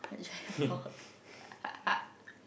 giant fork